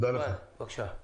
ח"כ יאסין בבקשה.